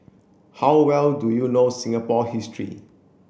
how well do you know Singapore history